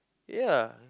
ya